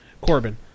Corbin